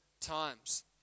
times